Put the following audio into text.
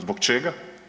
Zbog čega?